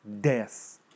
death